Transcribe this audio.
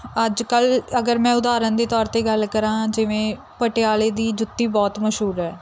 ਅੱਜ ਕੱਲ੍ਹ ਅਗਰ ਮੈਂ ਉਦਾਹਰਣ ਦੇ ਤੌਰ 'ਤੇ ਗੱਲ ਕਰਾਂ ਜਿਵੇਂ ਪਟਿਆਲੇ ਦੀ ਜੁੱਤੀ ਬਹੁਤ ਮਸ਼ਹੂਰ ਹੈ